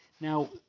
Now